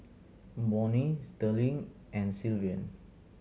Bonnie Sterling and Sylvan